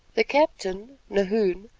the captain, nahoon,